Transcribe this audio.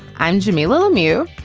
i'm jimmy little mewe,